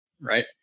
right